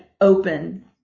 open